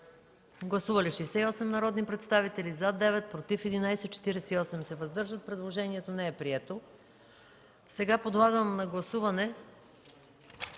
Гласували 68 народни представители: за 9, против 11, въздържали се 48. Предложението не е прието. Подлагам на гласуване